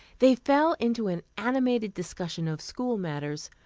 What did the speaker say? they fell into an animated discussion of school matters,